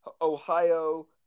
Ohio